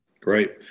Great